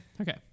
Okay